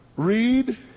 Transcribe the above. Read